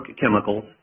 Chemicals